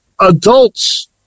adults